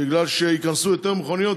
מפני שייכנסו יותר מכוניות,